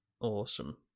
Awesome